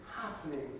happening